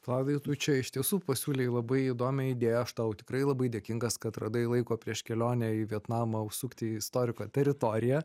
vladai tu čia iš tiesų pasiūlei labai įdomią idėją aš tau tikrai labai dėkingas kad radai laiko prieš kelionę į vietnamą užsukti į istoriko teritoriją